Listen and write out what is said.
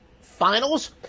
finals